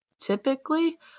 typically